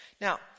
Now